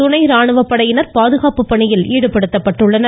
துணை ராணுவப்படையினர் பாதுகாப்பு பணியில் ஈடுபடுத்தப்பட்டுள்ளனர்